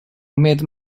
medo